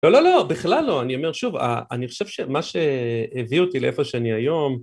לא, לא, לא, בכלל לא. אני אומר שוב, אני חושב שמה שהביא אותי לאיפה שאני היום...